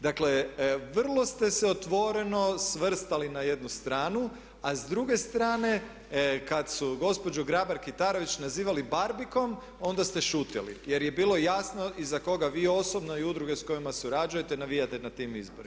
Dakle vrlo ste se otvoreno svrstali na jednu stranu a s druge strane kad su gospođu Grabar Kitarović nazivali barbikom onda ste šutjeli jer je bilo jasno i za koga vi osobno i udruge s kojima surađujete navijate na tim izborima.